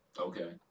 Okay